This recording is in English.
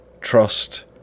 trust